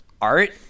art